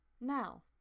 Now